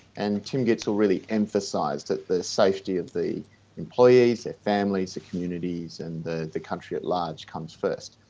and tim gitzell really emphasised that the safety of the employees, their families, the communities, and the the country at large comes first.